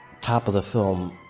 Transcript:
top-of-the-film